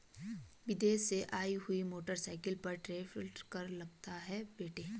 विदेश से आई हुई मोटरसाइकिल पर टैरिफ कर लगता है बेटे